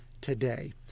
today